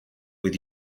with